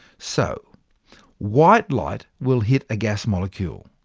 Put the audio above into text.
so white light will hit a gas molecule,